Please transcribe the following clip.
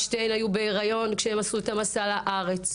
שתיהן היו בהריון כשהן עשו את המסע לארץ.